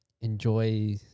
enjoy